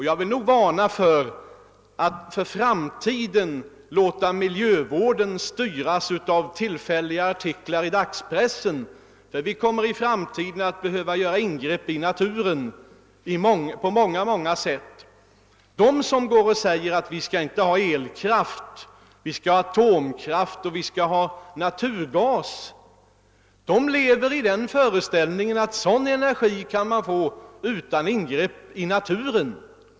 Jag vill varna för att i framtiden låta miljövården styras av tillfälliga artiklar i dagspressen, ty vi kommer att behöva göra ingrepp i naturen på många sätt. De som säger att vi inte skall ha elkraft, utan vi skall ha atomkraft och naturgas, lever i den föreställningen att man kan få sådan energi utan ingrepp i naturen.